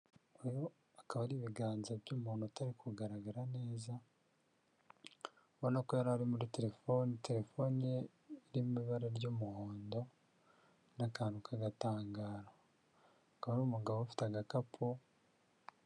Uyu akaba ari ibiganza by'umuntu utari kugaragara neza, ubona ko yari ari muri telefoni, telefoni ye irimo ibara ry'umuhondo n'akantu k'agatangara, akaba ari umugabo ufite agakapu...